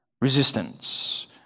resistance